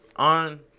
On